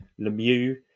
lemieux